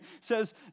says